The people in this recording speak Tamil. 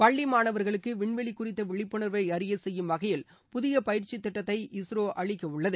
பள்ளி மாணவர்களுக்கு விண்வெளி குறித்த விழிப்புணர்வை அறிய செய்யும் வகையில் புதிய பயிற்சி திட்டத்தை இஸ்ரோ அளிக்க உள்ளது